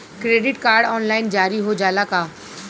Credit card online जारी हो जाला का?